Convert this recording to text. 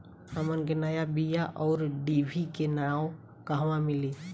हमन के नया बीया आउरडिभी के नाव कहवा मीली?